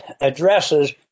addresses